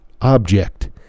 object